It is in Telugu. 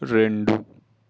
రెండు